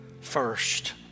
first